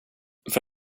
för